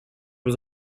was